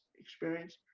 experience